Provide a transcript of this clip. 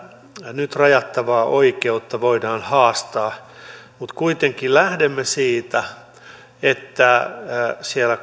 nyt rajattavaa oikeutta voidaan haastaa mutta kuitenkin lähdemme siitä että siellä